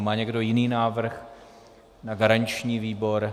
Má někdo jiný návrh na garanční výbor?